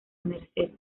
merced